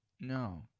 No